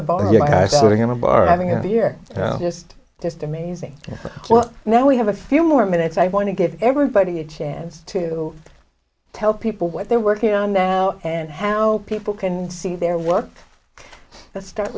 bar having a beer just just amazing well now we have a few more minutes i want to give everybody a chance to tell people what they're working on and how people can see their work to start